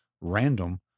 random